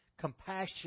compassion